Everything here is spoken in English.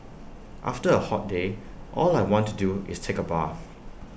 after A hot day all I want to do is take A bath